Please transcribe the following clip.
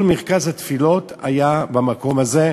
כל מרכז התפילות היה במקום הזה.